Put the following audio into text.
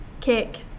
kick